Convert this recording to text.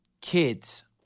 kids